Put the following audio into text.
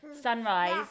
Sunrise